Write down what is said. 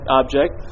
object